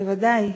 בוודאי.